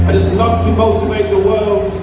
love to motivate the world